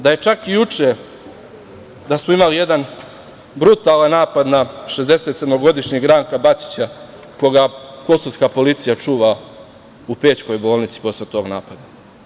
Da je čak i juče, da smo imali jedan brutalan napad na 67 Ranka Bacića, koga kosovska policija čuva u Pećkoj bolnici posle tog napada?